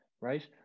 Right